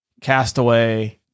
Castaway